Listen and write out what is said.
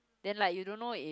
then like you don't know if